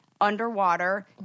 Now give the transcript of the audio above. underwater